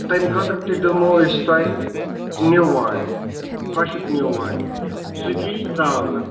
تَمہِ خٲطرٕ تہِ دِمِمو أسۍ تۄہہِ نِیٛوٗ وان خۄشِک نِیٛوٗوان سُہ تہِ یِیہِ ترٛاونہٕ